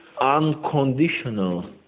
unconditional